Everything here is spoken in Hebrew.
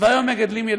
והיום מגדלים ילדים,